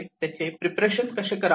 त्याचे प्रिपरेशन कसे करावे